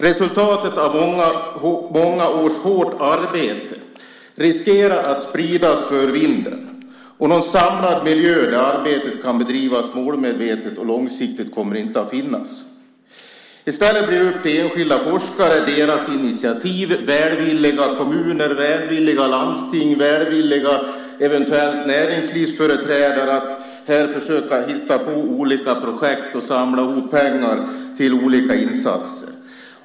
Resultatet av många års hårt arbete riskerar att spridas för vinden. Någon samlad miljö där arbetet kan bedrivas målmedvetet och långsiktigt kommer inte att finnas. I stället blir det upp till enskilda forskare och deras initiativ, välvilliga kommuner, välvilliga landsting och eventuellt välvilliga näringslivsföreträdare att försöka hitta på olika projekt och samla ihop pengar till olika insatser.